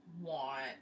Want